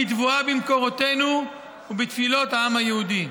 היא טבועה במקורותינו ובתפילות העם היהודי.